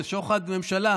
זה שוחד ממשלה.